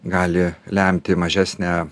gali lemti mažesnę